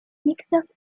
mixtas